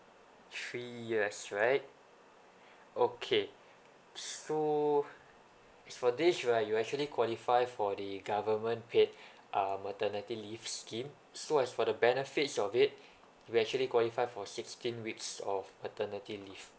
three years right okay so as for this right you actually qualify for the government paid uh maternity leave scheme so as for the benefits of it you actually qualify for sixteen weeks of maternity leave